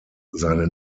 seine